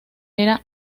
era